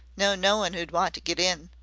no knowin' who'd want to get in.